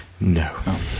No